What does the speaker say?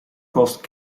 cost